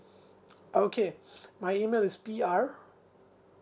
okay my email is P R